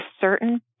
certain